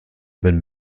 wenn